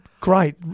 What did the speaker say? Great